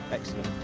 excellent.